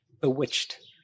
bewitched